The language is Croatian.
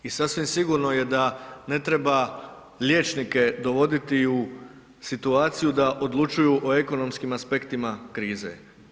I sasvim sigurno je da ne treba liječnike dovoditi u situaciju da odlučuju o ekonomskim aspektima krize.